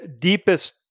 deepest